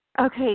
Okay